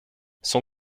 son